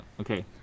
Okay